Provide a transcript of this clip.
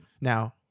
Now